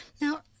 now